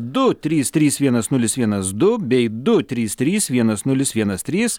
du trys trys vienas nulis vienas du bei du trys trys vienas nulis vienas trys